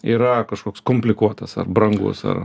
yra kažkoks komplikuotas ar brangus ar